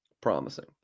Promising